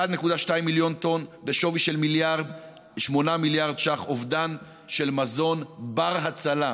1.2 מיליון טון בשווי של 8 מיליארד שקל זה האובדן של מזון בר-הצלה.